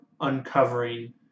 uncovering